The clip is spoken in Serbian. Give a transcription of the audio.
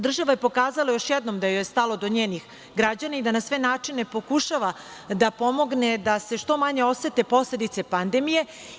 Država je pokazala još jednom da joj je stalo do njenih građana i da na sve načine pokušava da pomogne da se što manje osete posledice pandemije.